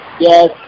Yes